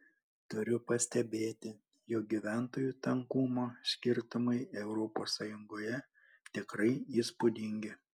turiu pastebėti jog gyventojų tankumo skirtumai europos sąjungoje tikrai įspūdingi